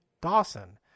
Dawson